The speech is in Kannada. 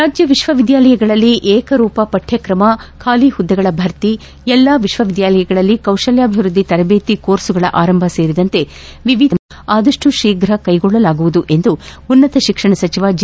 ರಾಜ್ಯ ವಿಶ್ವವಿದ್ಯಾನಿಲಯಗಳಲ್ಲಿ ಏಕರೂಪ ಪಠ್ಯಕ್ರಮ ಖಾಲಿ ಹುದ್ನೆಗಳ ಭರ್ತಿ ಎಲ್ಲ ವಿವಿಗಳಲ್ಲಿ ಕೌಶಲ್ಯಾಭಿವೃದ್ದಿ ತರಬೇತಿ ಕೋರ್ಸ್ನದಳ ಆರಂಭ ಸೇರಿದಂತೆ ವಿವಿಧ ಕ್ರಮಗಳನ್ನು ಆದಷ್ಟು ಶೀಫ್ರ ಕೈಗೊಳ್ಳಲಾಗುವುದು ಎಂದು ಉನ್ನತ ಶಿಕ್ಷಣ ಸಚಿವ ಜಿ